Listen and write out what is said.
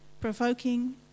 provoking